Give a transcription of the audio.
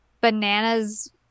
bananas